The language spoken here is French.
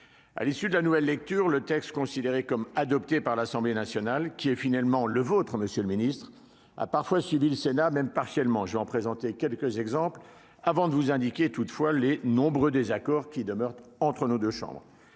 À l'issue de la nouvelle lecture, le texte considéré comme adopté par l'Assemblée nationale- qui est finalement le vôtre, monsieur le ministre -a parfois suivi le Sénat, même partiellement. J'en présenterai quelques exemples, avant de vous indiquer, toutefois, les nombreux désaccords qui demeurent entre nos deux chambres.